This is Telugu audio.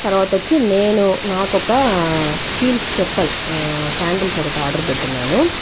తర్వాత వచ్చి నేను నాకొక హీల్స్ చెప్పల్ శాండిల్స్ ఒకటి ఆర్డర్ పెట్టున్నాను